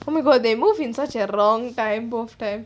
oh my god they move in such a wrong time both of them